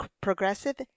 progressive